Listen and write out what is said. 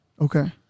Okay